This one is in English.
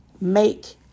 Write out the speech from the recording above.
make